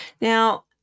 Now